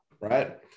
right